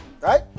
Right